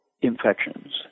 infections